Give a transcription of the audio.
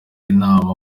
inama